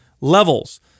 levels